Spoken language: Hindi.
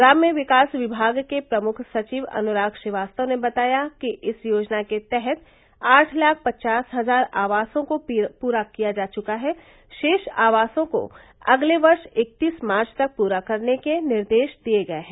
ग्राम्य विकास विमाग के प्रमुख सचिव अनुराग श्रीवास्तव ने बताया कि इस योजना के तहत आठ लाख पचास हजार आवासों को पूरा किया जा चुका है रोष आवासों को अगले वर्ष इकतीस मार्च तक पूरा करने के निर्देश दिये गये हैं